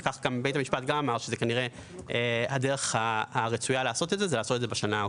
וכך גם אמר בית המשפט היא לעשות את זה בשנה העוקבת.